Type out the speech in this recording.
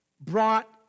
brought